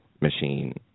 machine